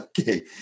Okay